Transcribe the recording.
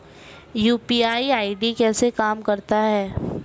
UPI ID कैसे काम करता है?